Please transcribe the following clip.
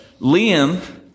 Liam